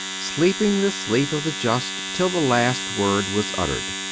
sleeping the sleep of the just till the last word was uttered.